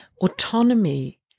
autonomy